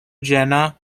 jenna